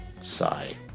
Sigh